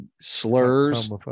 slurs